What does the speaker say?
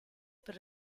per